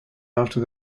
after